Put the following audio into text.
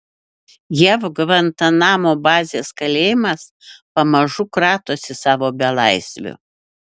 jav gvantanamo bazės kalėjimas pamažu kratosi savo belaisvių